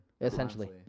Essentially